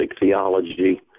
theology